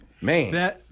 man